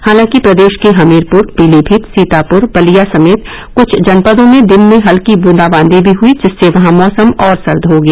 हालांकि प्रदेश के हमीरपुर पीलीभीत सीतापुर बलिया समेत कुछ जनपदों में दिन में हल्की बूंदाबांदी भी हुई जिससे वहां मौसम और सर्द हो गया